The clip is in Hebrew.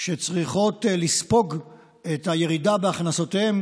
שצריכות לספוג את הירידה בהכנסותיהן